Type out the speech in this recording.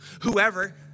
Whoever